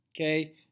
okay